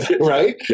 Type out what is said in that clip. Right